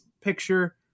picture